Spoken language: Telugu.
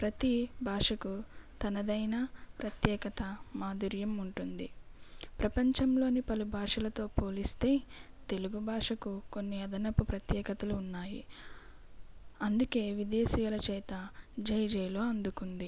ప్రతి భాషకు తనదైన ప్రత్యేకత మాధుర్యం ఉంటుంది ప్రపంచంలోని పలు భాషలతో పోలిస్తే తెలుగు భాషకు కొన్ని అదనపు ప్రత్యేకతలు ఉన్నాయి అందుకే విదేశీయుల చేత జేజేలు అందుకుంది